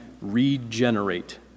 regenerate